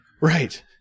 Right